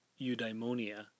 eudaimonia